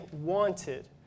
wanted